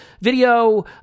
video